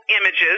images